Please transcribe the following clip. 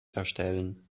erstellen